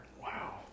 Wow